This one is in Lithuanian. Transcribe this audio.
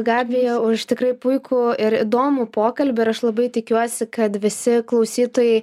gabija už tikrai puikų ir įdomų pokalbį ir aš labai tikiuosi kad visi klausytojai